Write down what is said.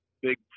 big